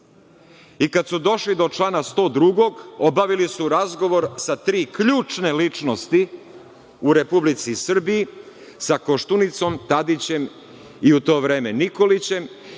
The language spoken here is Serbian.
i kada su došli do člana 102. obavili su razgovor sa tri ključne ličnosti u Republici Srbiji, sa Koštunicom, Tadićem i u to vreme Nikolićem